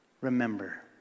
Remember